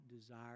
desire